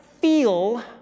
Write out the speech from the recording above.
feel